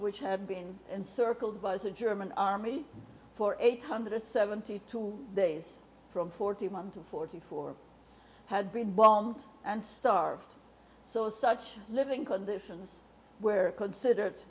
which had been encircled by the german army for eight hundred seventy two days from forty one to forty four had been bombed and starved so such living conditions were considered